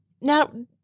Now